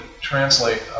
translate